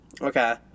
Okay